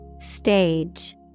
Stage